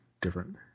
different